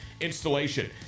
installation